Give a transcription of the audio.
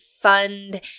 fund